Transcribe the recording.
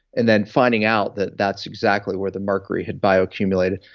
and then finding out that that's exactly where the mercury had bioaccumulated,